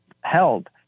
held